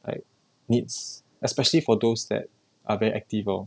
like needs especially for those that are very active lor